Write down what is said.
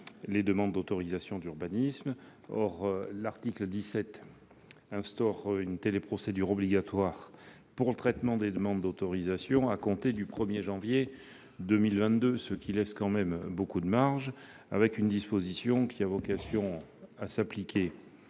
les demandes d'autorisation d'urbanisme. L'article 17 instaure une téléprocédure obligatoire pour le traitement des demandes d'autorisation à compter du 1 janvier 2022, ce qui laisse tout de même beaucoup de marge. Cette disposition a vocation à s'appliquer